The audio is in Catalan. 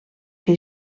que